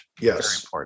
Yes